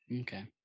okay